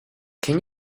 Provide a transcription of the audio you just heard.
can